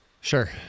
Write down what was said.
Sure